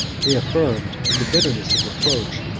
they affirmed, in the bitterness of reproach,